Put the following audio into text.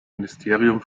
ministerium